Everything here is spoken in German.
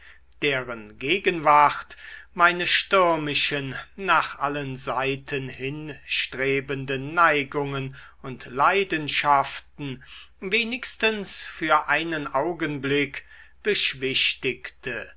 deren gegenwart meine stürmischen nach allen seiten hinstrebenden neigungen und leidenschaften wenigstens für einen augenblick beschwichtigte